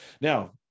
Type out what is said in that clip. Now